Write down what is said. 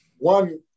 One